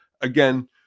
again